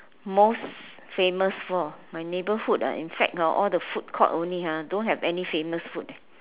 most famous for my neighborhood ah in fact hor all the food court only ah don't have any famous food